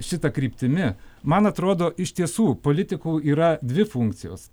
šita kryptimi man atrodo iš tiesų politikų yra dvi funkcijos